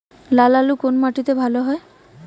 লাল আলু কোন মাটিতে ভালো হয়?